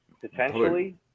Potentially